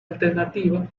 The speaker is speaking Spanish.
alternativa